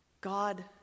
God